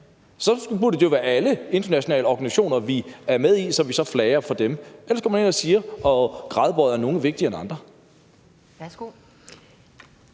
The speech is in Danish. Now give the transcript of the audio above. Så burde det jo være alle internationale organisationer, vi er med i, som vi så flager for. Ellers går man ind og gradbøjer det og siger, at nogle er vigtigere end andre.